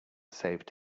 saved